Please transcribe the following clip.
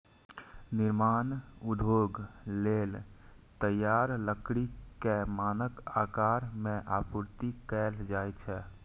निर्माण उद्योग लेल तैयार लकड़ी कें मानक आकार मे आपूर्ति कैल जाइ छै